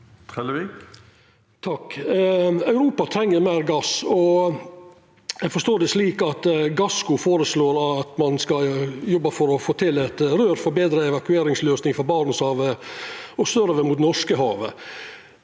Europa treng meir gass, og eg forstår det slik at Gassco føreslår at ein skal jobba for å få til eit rør for betre evakueringsløysing for Barentshavet og sørover mot Norskehavet.